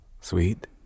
sweet